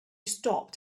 stopped